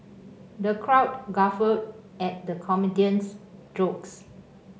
the crowd guffawed at the comedian's jokes